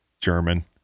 German